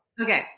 Okay